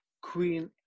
Queen